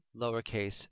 lowercase